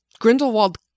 Grindelwald